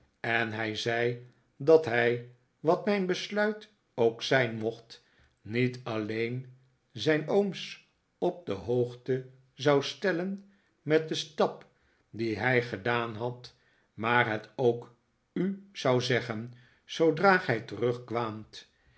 en hij zei dat hij wat mijn besluit ook zijn mocht niet alleen zijn ooms op de hoogte zou stellen met den stap dien hij gedaan had maar het ook u zou zeggen zoodra gij terugkwaamt